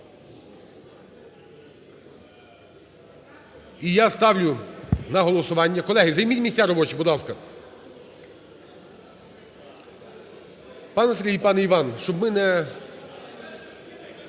І я ставлю на голосування… Колеги, займіть місця робочі, будь ласка! Пане Сергій і пане Іван, щоб ми не…